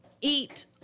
eat